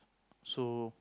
so